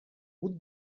route